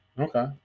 Okay